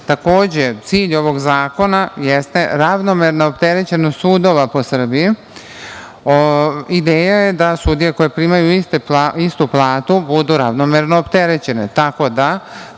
Srbiji. Takođe, cilj ovog zakona jeste ravnomerna opterećenost sudova po Srbiji. Ideja je da sudije koje primaju istu platu budu ravnomerno opterećene. Tako da